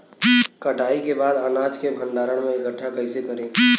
कटाई के बाद अनाज के भंडारण में इकठ्ठा कइसे करी?